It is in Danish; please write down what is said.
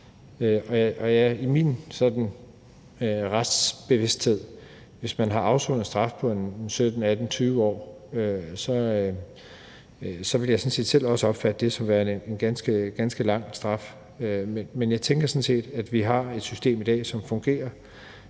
om. I min retsbevidsthed er det sådan, at hvis man har afsonet en straf på 17-18-20 år, vil jeg sådan set også selv opfatte det som værende en ganske lang straf. Men jeg tænker sådan set, at vi har et system i dag, som fungerer.